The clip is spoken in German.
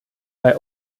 bei